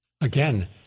Again